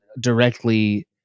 directly